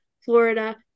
Florida